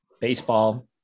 baseball